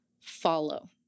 follow